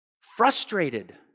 frustrated